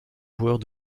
joueurs